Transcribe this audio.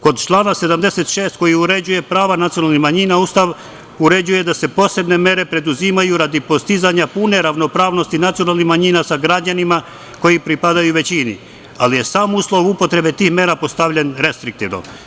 Kod člana 76. koji uređuje prava nacionalnih manjina, Ustav uređuje da se posebne mere preduzimaju radi postizanja pune ravnopravnosti nacionalnih manjina sa građanima koji pripadaju većini, ali je sam uslov upotrebe tih mera postavljen restriktivno.